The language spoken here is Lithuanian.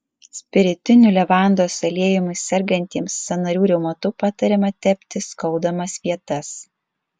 spiritiniu levandos aliejumi sergantiems sąnarių reumatu patariama tepti skaudamas vietas